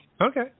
okay